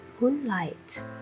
moonlight